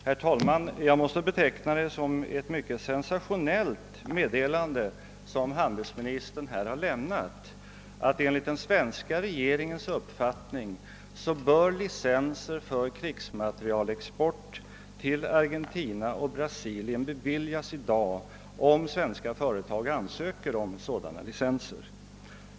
Herr talman! Jag måste beteckna det som ett mycket sensationellt meddelande som handelsministern här har lämnat, nämligen att enligt den svenska regeringens uppfattning licenser för krigsmaterielexport till Argentina och Brasilien bör beviljas i dag, om svenska företag ansöker om sådana.